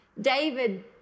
David